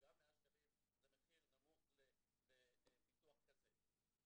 וגם 100 שקלים זה מחיר נמוך לביטוח כזה.